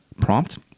prompt